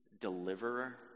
deliverer